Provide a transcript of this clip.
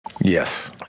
Yes